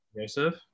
Joseph